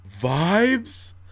vibes